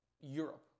europe